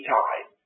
time